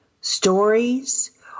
stories